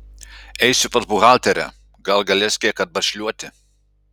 eisiu pas buhalterę gal galės kiek atbašliuoti